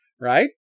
right